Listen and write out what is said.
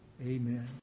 Amen